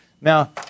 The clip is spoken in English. Now